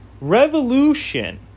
revolution